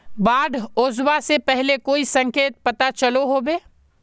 बाढ़ ओसबा से पहले कोई संकेत पता चलो होबे?